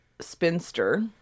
spinster